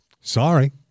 Sorry